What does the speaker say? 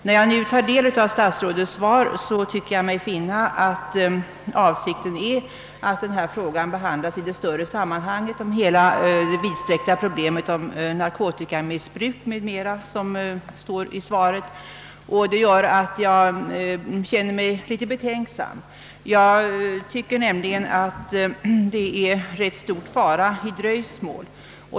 När jag nu tar del av statsrådets svar, tycker jag mig finna att avsikten är att den här frågan skall behandlas i det större sammanhanget, såsom en del av hela det vidsträckta problemet om narkotikamissbruk m.m. Det gör att jag känner mig litet betänksam. Jag tycker nämligen att det är rätt stor fara i dröjsmål.